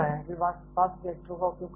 वे fast रिएक्टरों का उपयोग करते हैं